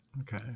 okay